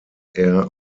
air